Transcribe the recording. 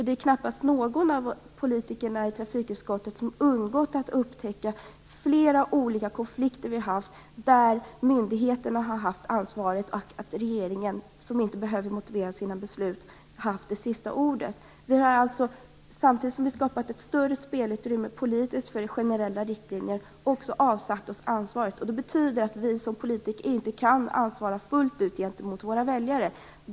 Det är knappast någon av politikerna i trafikutskottet som undgått att upptäcka att vi har haft flera olika konflikter där myndigheterna har haft ansvaret och där regeringen, som inte behöver motivera sina beslut, haft det sista ordet. Samtidigt som vi skapat ett större politiskt spelutrymme för generella riktlinjer har vi också avsagt oss ansvaret. Det betyder att vi som politiker inte kan ansvara fullt ut gentemot våra väljare.